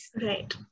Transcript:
Right